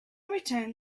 returned